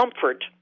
comfort